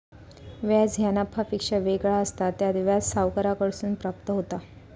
व्याज ह्या नफ्यापेक्षा वेगळा असता, त्यात व्याज सावकाराकडसून प्राप्त होता